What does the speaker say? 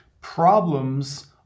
problems